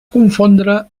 confondre